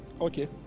Okay